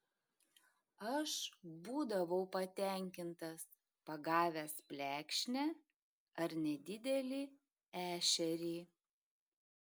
aš būdavau patenkintas pagavęs plekšnę ar nedidelį ešerį